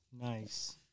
Nice